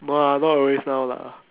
no ah not always now lah